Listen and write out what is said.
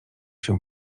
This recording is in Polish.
się